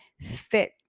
fit